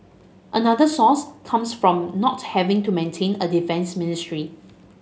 another source comes from not having to maintain a defence ministry